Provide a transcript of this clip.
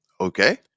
Okay